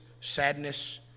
sadness